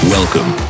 Welcome